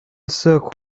circle